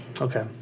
Okay